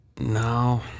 No